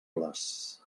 les